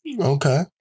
Okay